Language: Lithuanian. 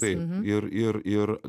taip ir ir ir